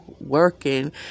working